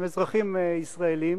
אתם אזרחים ישראלים